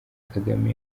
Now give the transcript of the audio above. kagame